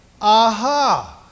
Aha